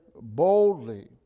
boldly